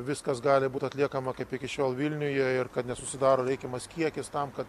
viskas gali būt atliekama kaip iki šiol vilniuje ir kad nesusidaro reikiamas kiekis tam kad